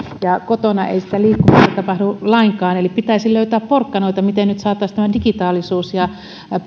joilla kotona ei sitä liikkumista tapahdu lainkaan eli pitäisi löytää porkkanoita miten nyt saataisiin digitaalisuus ja